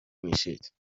میشید